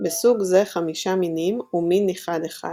בסוג זה 5 מינים ומין נכחד אחד